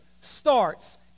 starts